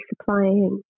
supplying